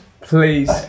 Please